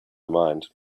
mind